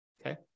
Okay